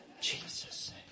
Jesus